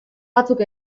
batzuk